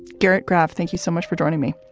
garrett graff, thank you so much for joining me.